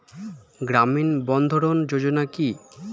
গ্রামীণ বন্ধরন যোজনা কি?